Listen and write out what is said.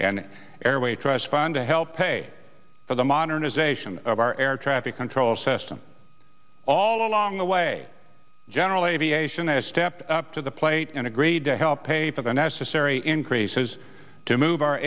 airway trust fund to help pay for the modernization of our air traffic control system all along the way general aviation is stepped up to the plate and agreed to help pay for the necessary increases to move